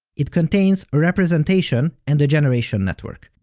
it contains a representation and a generation network.